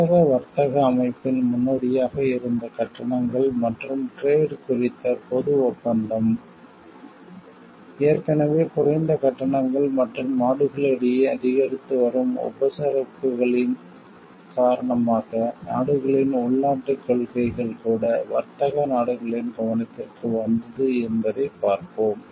உலக வர்த்தக அமைப்பின் முன்னோடியாக இருந்த கட்டணங்கள் மற்றும் டிரேட் வர்த்தகம் குறித்த பொது ஒப்பந்தம் ஏற்கனவே குறைந்த கட்டணங்கள் மற்றும் நாடுகளிடையே அதிகரித்து வரும் உபசரிப்புகளின் காரணமாக நாடுகளின் உள்நாட்டுக் கொள்கைகள் கூட வர்த்தக நாடுகளின் கவனத்திற்கு வந்தது என்பதைப் பார்ப்போம்